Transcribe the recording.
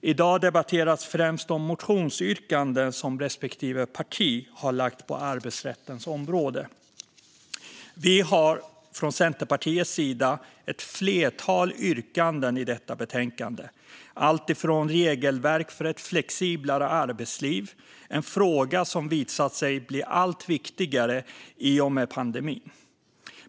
I dag debatteras främst de motionsyrkanden som respektive parti har lagt fram på arbetsrättens område. Vi har från Centerpartiets sida ett flertal yrkanden i detta betänkande. De rör bland annat regelverk för ett flexiblare arbetsliv, en fråga som visat sig bli allt viktigare i och med pandemin.